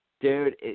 dude